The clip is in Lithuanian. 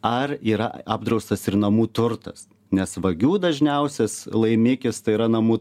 ar yra apdraustas ir namų turtas nes vagių dažniausias laimikis tai yra namų